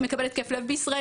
כל מי שמקבל התקף לב בישראל,